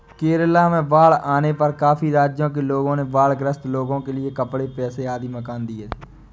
केरला में बाढ़ आने पर काफी राज्यों के लोगों ने बाढ़ ग्रस्त लोगों के लिए कपड़े, पैसे आदि दान किए थे